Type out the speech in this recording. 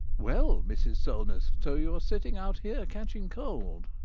well, mrs. solness, so you are sitting out here catching cold?